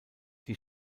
die